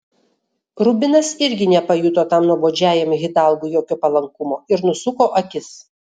rubinas irgi nepajuto tam nuobodžiajam hidalgui jokio palankumo ir nusuko akis